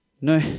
No